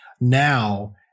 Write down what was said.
now